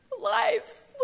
lives